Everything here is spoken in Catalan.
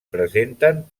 presenten